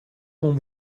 con